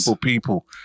people